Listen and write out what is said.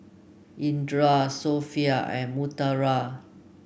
Indra Sofea and Putera